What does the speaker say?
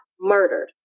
murdered